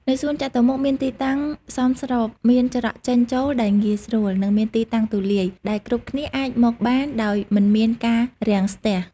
នៅសួនចតុមុខមានទីតាំងសមស្របមានច្រកចេញ ចូលដែលងាយស្រួល និងមានទីតាំងទូលាយ ដែលគ្រប់គ្នាអាចមកបានដោយមិនមានការរាំងស្ទះ។